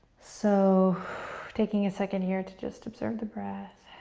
so taking a second here to just observe the breath.